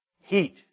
Heat